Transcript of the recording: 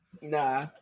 Nah